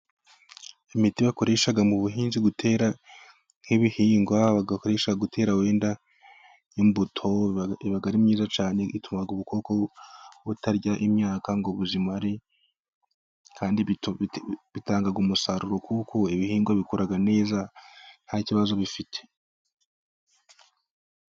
Imiti bakoresha mu buhinzi nk'ibihingwa, bagakoresha gutera weda imbuto iba myiza cyane. Ituma ubukuko butarya imyaka ngo ubuzimare, Kandi bitanga umusaruro kuko ibihingwa bikura neza nta kibazo bifite.